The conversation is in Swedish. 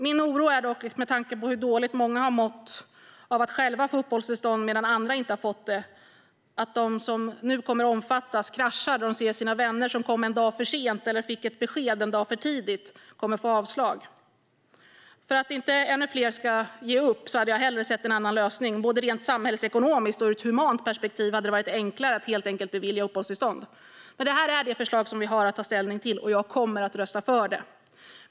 Min oro är dock, med tanke på hur dåligt många har mått av att själva få uppehållstillstånd medan andra inte fått det, att de som nu kommer att omfattas kraschar då de ser sina vänner få avslag för att de kommit en dag för sent eller fått besked en dag för tidigt. För att inte ännu fler ska ge upp hade jag hellre sett en annan lösning. Både rent samhällsekonomiskt och ur ett humant perspektiv hade det varit enklare att helt enkelt bevilja uppehållstillstånd. Det här är dock det förslag vi har att ta ställning till, och jag kommer att rösta för det.